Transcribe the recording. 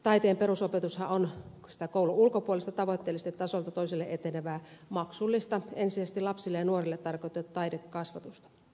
taiteen perusopetushan on sitä koulun ulkopuolista tavoitteellisesti tasolta toiselle etenevää maksullista ensisijaisesti lapsille ja nuorille tarkoitettua taidekasvatusta